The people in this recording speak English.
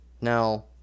Now